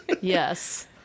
Yes